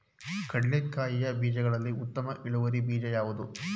ಕಡ್ಲೆಕಾಯಿಯ ಬೀಜಗಳಲ್ಲಿ ಉತ್ತಮ ಇಳುವರಿ ಬೀಜ ಯಾವುದು?